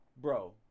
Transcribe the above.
bro